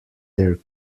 their